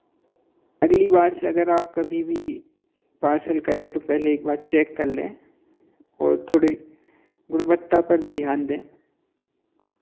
अगली बार से अगर आप कभी भी पार्सल करें तो पहले एक बार चेक कर लें और थोड़ी गुणवत्ता पर भी ध्यान दें